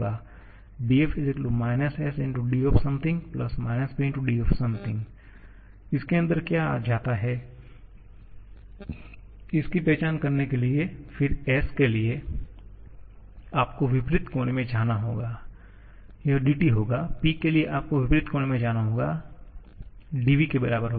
इसलिए गुणांक में से एक होगा df - S × d - P × d इसके अंदर क्या जाता है इसकी पहचान करने के लिए फिर S के लिए आपको विपरीत कोने में जाना होगा यह dT होगा P के लिए आपको विपरीत कोने में जाना होगा जो कि dv के बराबर होगा